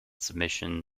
submission